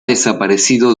desaparecido